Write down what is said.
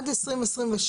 (29)